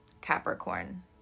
Capricorn